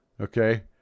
okay